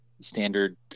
Standard